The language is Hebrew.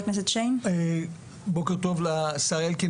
בוקר טוב לשר אלקין,